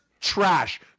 Trash